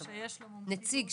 שיש לו מומחיות בתחום,